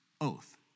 oath